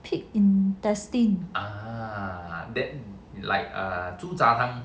pig's intestine